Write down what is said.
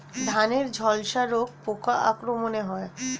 ধানের ঝলসা রোগ পোকার আক্রমণে হয়?